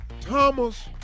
Thomas